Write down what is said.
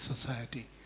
society